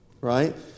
Right